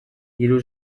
hiru